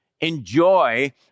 enjoy